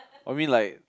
I'll mean like